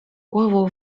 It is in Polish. głową